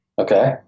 Okay